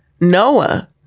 Noah